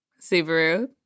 Subaru